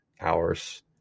hours